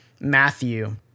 Matthew